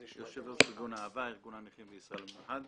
אני יו"ר ארגון אהב"ה, ארגון הנכים בישראל המיוחד.